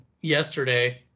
yesterday